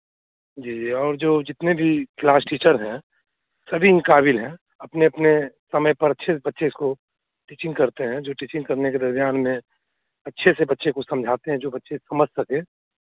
जी जी और जो जितने भी क्लास टीचर हैं सभी ना काबिल हैं अपने अपने समय पर अच्छे से बच्चे को टीचिंग करते हैं जो टीचिंग करने के रुझान में अच्छे से बच्चे को समझाते हैं जो बच्चे समझ सकें